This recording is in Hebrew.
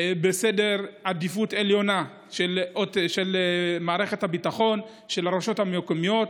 בעדיפות עליונה של מערכת הביטחון ושל הרשויות המקומיות.